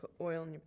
oil